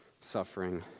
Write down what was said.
suffering